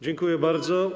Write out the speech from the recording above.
Dziękuję bardzo.